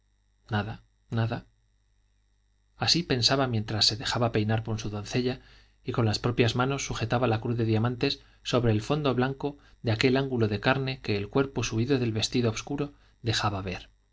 nada así pensaba mientras se dejaba peinar por su doncella y con las propias manos sujetaba la cruz de diamantes sobre el fondo blanco de aquel ángulo de carne que el cuerpo subido del vestido obscuro dejaba ver